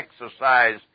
exercise